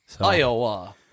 iowa